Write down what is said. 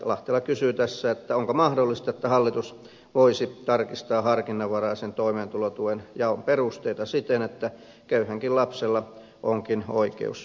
lahtela kysyy tässä onko mahdollista että hallitus voisi tarkistaa harkinnanvaraisen toimeentulotuen jaon perusteita siten että köyhänkin lapsella on oikeus polkupyörään